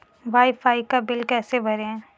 Wi fi का bill कैसे भरें?